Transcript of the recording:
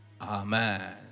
amen